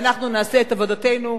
ואנחנו נעשה את עבודתנו.